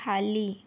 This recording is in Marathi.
खाली